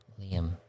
Liam